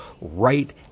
right